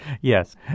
yes